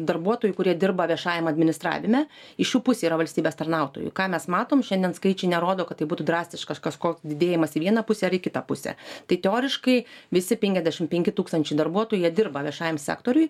darbuotojų kurie dirba viešajam administravime iš jų pusė yra valstybės tarnautojų ką mes matom šiandien skaičiai nerodo kad tai būtų drastiškas kažko didėjimas į vieną pusę ar į kitą pusę tai teoriškai visi penkiasdešimt penki tūkstančiai darbuotojų jie dirba viešajam sektoriuj